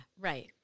Right